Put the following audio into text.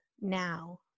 now